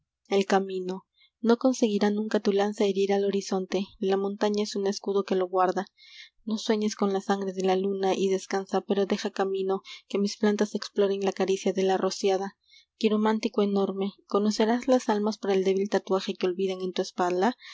el rio no conseguirá nunca tu lanza herir al horizonte la montaña es un escudo que lo guarda no sueñes con la sangre de la luna y descansa pero deja camino que mis plantas exploren la caricia de la rociada quiromántico enorme conocerás las almas por el débil tatuaje que olvidan en tu espalda